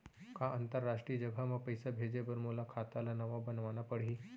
का अंतरराष्ट्रीय जगह म पइसा भेजे बर मोला खाता ल नवा बनवाना पड़ही?